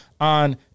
on